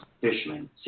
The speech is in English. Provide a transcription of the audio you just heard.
Fishman